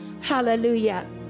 hallelujah